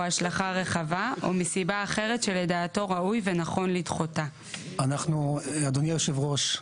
השלכה רחבה או מסיבה אחרת שלדעתו ראוי ונכון לדחותה; אדוני יושב הראש,